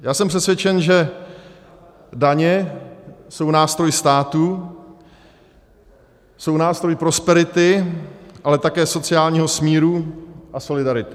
Já jsem přesvědčen, že daně jsou nástroj státu, jsou nástroj prosperity, ale také sociálního smíru a solidarity.